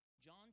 John